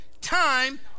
time